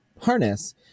harness